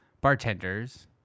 bartenders